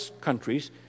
countries